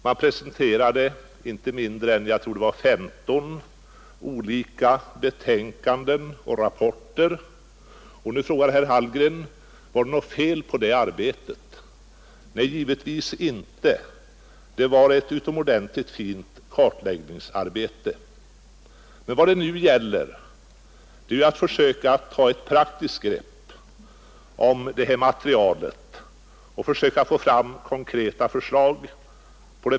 Man presenterade inte mindre än, vill jag minnas, 15 olika betänkanden och rapporter, och nu frågar herr Hallgren: Var det något fel på det arbetet? Nej, givetvis inte. Det var ett utomordentligt fint kartläggningsarbete. Men vad det nu gäller är att försöka ta ett praktiskt grepp om det här materialet och få fram konkreta förslag.